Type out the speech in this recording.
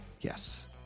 Yes